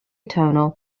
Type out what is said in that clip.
tonal